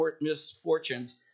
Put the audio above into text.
misfortunes